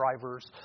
drivers